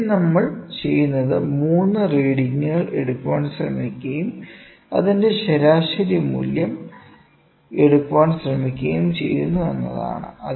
ഇവിടെയും നമ്മൾ ചെയ്യുന്നത് 3 റീഡിംഗുകൾ എടുക്കാൻ ശ്രമിക്കുകയും അതിന്റെ ശരാശരി മൂല്യം എടുക്കാൻ ശ്രമിക്കുകയും ചെയ്യുന്നു എന്നതാണ്